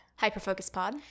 Hyperfocuspod